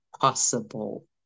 possible